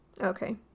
Okay